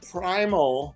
Primal